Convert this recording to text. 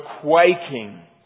quaking